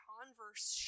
Converse